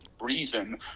reason